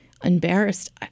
Embarrassed